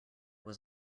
was